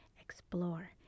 explore